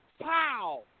pow